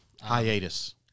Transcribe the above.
Hiatus